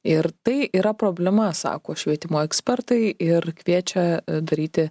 ir tai yra problema sako švietimo ekspertai ir kviečia daryti